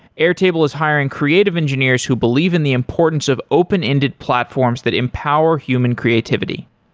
airtable is hiring creative engineers who believe in the importance of open-ended platforms that empower human creativity.